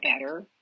better